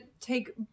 take